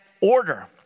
order